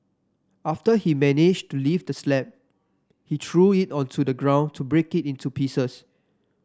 after he managed to lift the slab he threw it onto the ground to break it into pieces